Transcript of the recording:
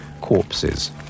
Corpses